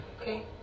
okay